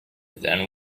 then